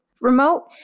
remote